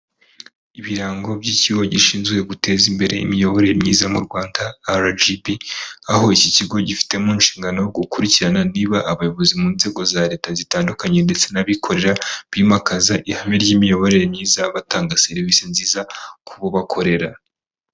Ibirango by'ikigo gishinzwe guteza imbere imiyoborere myiza mu rwanda RGB, aho iki kigo gifite mu nshingano gukurikirana niba abayobozi mu nzego za leta zitandukanye ndetse n'abikorera bimakaza ihame ry'imiyoborere myiza, batanga serivisi nziza ku bo bakorera.